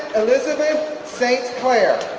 elizabeth st. clair,